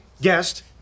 Guest